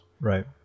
Right